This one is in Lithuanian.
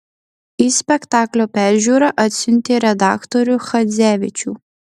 į spektaklio peržiūrą atsiuntė redaktorių chadzevičių